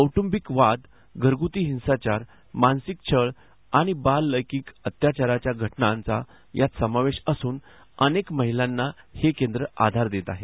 कौट्रंबिक वाद घरगुती हिंसाचार मानसिक छळ आणि बाल लैंगिक अत्याचाराच्या घटनांचा यात समावेश असून अनेक महिलांना हे केंद्र आधार देत आहे